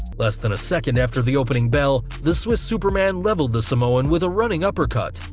less than a second after the opening bell, the swiss superman levelled the samoan with a running uppercut,